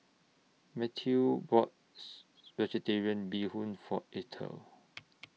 Mathew bought Vegetarian Bee Hoon For Ethyl